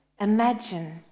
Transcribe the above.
Imagine